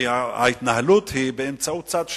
כי ההתנהלות היא באמצעות צד שלישי,